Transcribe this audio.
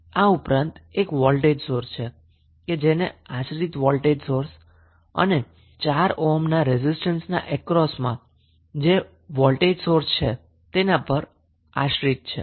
આ ઉપરાંત આપણી પાસે એક વોલ્ટેજ સોર્સ છે જે ડિપેન્ડન્ટ વોલ્ટેજ સોર્સ છે અને વોલ્ટેજની વેલ્યુ 4 ઓહ્મ રેઝિસ્ટન્સ ના અક્રોસમાના વોલ્ટેજ પર ડિપેન્ડન્ટ છે